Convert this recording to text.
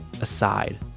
aside